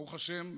ברוך השם,